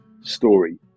story